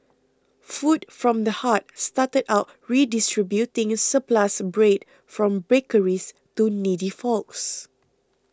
food from the heart started out redistributing surplus bread from bakeries to needy folks